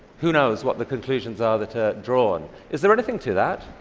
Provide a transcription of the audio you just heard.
who knows what the conclusions are that are drawn? is there anything to that?